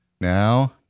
Now